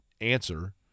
answer